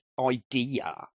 Idea